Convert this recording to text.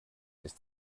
ist